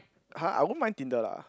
[huh] I won't mind tinder lah